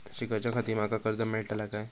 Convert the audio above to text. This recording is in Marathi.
शिकाच्याखाती माका कर्ज मेलतळा काय?